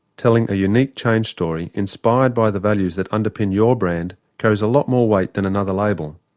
telling a unique change story inspired by the values that underpin your brand carries a lot more weight than another label.